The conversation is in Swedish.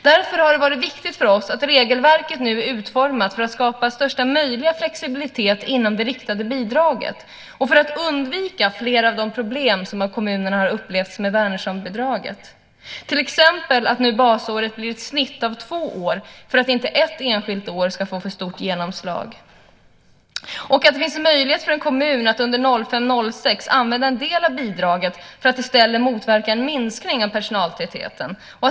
Därför har det varit viktigt för oss att regelverket nu är utformat för att skapa största möjliga flexibilitet inom det riktade bidraget och för att undvika flera av de problem som kommunerna har upplevt med Wärnerssonbidraget. Det gäller till exempel att basåret nu blir ett snitt av två år för att inte ett enskilt år ska få för stort genomslag och att det finns möjlighet för en kommun att under 2005/06 använda en del av bidraget för att motverka en minskning av personaltätheten.